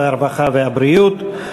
הרווחה והבריאות.